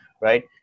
right